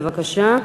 בבקשה.